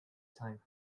time